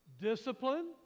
Discipline